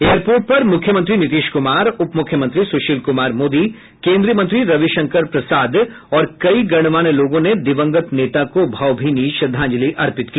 airport पर मुख्यमंत्री नीतीश कुमार उप मुख्यमंत्री सुशील कुमार मोदी केंद्रीय मंत्री रविशंकर प्रसाद और कई गणमान्य लोगों ने दिवंगत नेता को भावभीनी श्रद्धांजलि अर्पित की